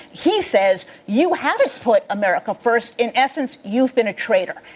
he says you haven't put america first, in essence you've been a traitor.